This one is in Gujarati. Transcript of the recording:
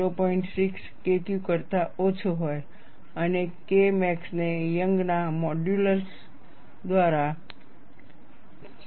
6 KQ કરતા ઓછો હોય અને K મેક્સને યંગના મોડ્યુલસ Youngs modulus દ્વારા 0